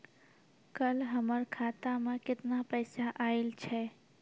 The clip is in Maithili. कल हमर खाता मैं केतना पैसा आइल छै?